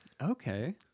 okay